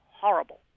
horrible